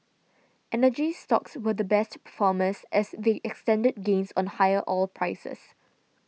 energy stocks were the best performers as they extended gains on higher oil prices